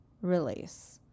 release